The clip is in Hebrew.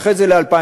ואחרי זה ל-2023.